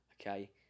Okay